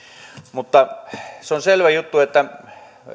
mutta se on selvä juttu että